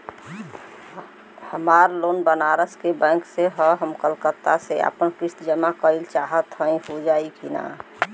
हमार लोन बनारस के बैंक से ह हम कलकत्ता से आपन किस्त जमा कइल चाहत हई हो जाई का?